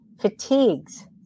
fatigues